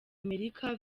amerika